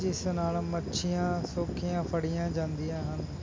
ਜਿਸ ਨਾਲ ਮੱਛੀਆਂ ਸੌਖੀਆਂ ਫੜੀਆਂ ਜਾਂਦੀਆਂ ਹਨ